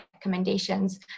Recommendations